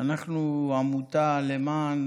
כן.